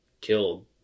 killed